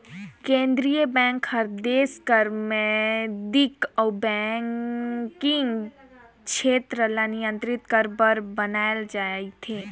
केंद्रीय बेंक हर देस कर मौद्रिक अउ बैंकिंग छेत्र ल नियंत्रित करे बर बनाल जाथे